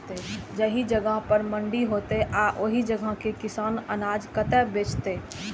जाहि जगह पर मंडी हैते आ ओहि जगह के किसान अनाज कतय बेचते?